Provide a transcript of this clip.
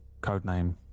codename